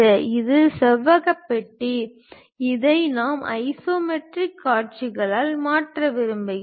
இது செவ்வக பெட்டி இதை நாம் ஐசோமெட்ரிக் காட்சிகளாக மாற்ற விரும்புகிறோம்